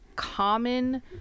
common